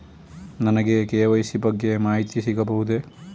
ನನಗೆ ಕೆ.ವೈ.ಸಿ ಬಗ್ಗೆ ಮಾಹಿತಿ ಸಿಗಬಹುದೇ?